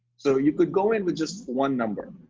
so, you could go in with just one number,